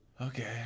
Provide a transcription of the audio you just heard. Okay